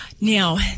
Now